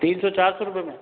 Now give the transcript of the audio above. तीन सौ चार सौ रुपए में